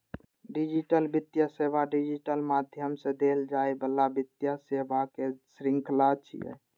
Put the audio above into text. digital वित्तीय सेवा digital माध्यम सं देल जाइ बला वित्तीय सेवाक शृंखला छियै